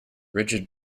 rigid